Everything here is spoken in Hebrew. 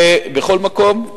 בכל מקום.